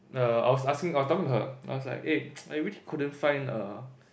err I was asking I was talking about her I was like eh I really couldn't find a